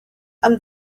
and